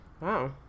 Wow